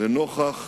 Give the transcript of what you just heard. לנוכח